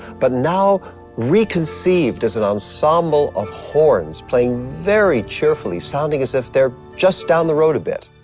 but now reconceived as an ensemble of horns playing very cheerfully, sounding as if they're just down the road a bit.